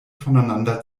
voneinander